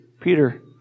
Peter